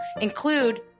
include